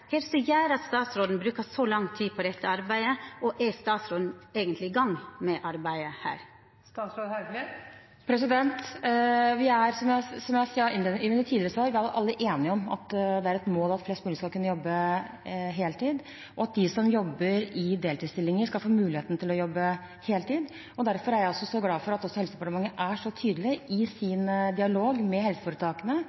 at statsråden brukar så lang tid på dette arbeidet? Og er statsråden eigentleg i gang med dette arbeidet? Vi er, som jeg sa i mitt tidligere svar, alle enige om at det er et mål at flest mulig skal kunne jobbe heltid, og at de som jobber i deltidsstillinger, skal få mulighet til å jobbe heltid. Derfor er jeg også glad for at Helsedepartementet er så tydelig i